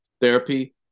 therapy